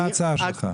מה ההצעה שלך?